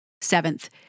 seventh